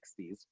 60s